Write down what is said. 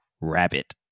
rabbit